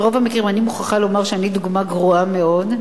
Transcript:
אני מוכרחה לומר שאני דוגמה גרועה מאוד.